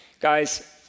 Guys